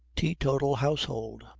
teetotal household.